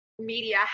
media